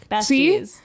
See